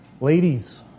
Ladies